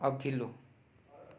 अघिल्लो